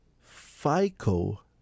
FICO